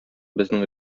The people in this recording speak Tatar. безнең